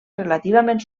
relativament